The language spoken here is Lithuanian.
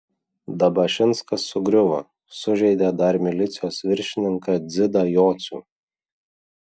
dabašinskas sugriuvo sužeidė dar milicijos viršininką dzidą jocių